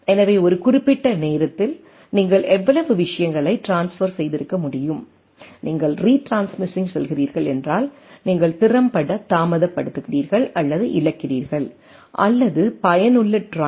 எனவே ஒரு குறிப்பிட்ட நேரத்தில் நீங்கள் எவ்வளவு விஷயங்களை ட்ரான்ஸ்பர் செய்து இருக்க முடியும் நீங்கள் ரீட்ரான்ஸ்மிட்டிங்ச் செல்கிறீர்கள் என்றால் நீங்கள் திறம்பட தாமதப்படுத்துகிறீர்கள் அல்லது இழக்கிறீர்கள் அல்லது பயனுள்ள டிரான்ஸில் நீங்கள் இழக்கிறீர்கள் குறிப்பு நேரம் 1203